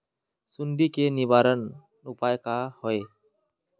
सुंडी के निवारण उपाय का होए?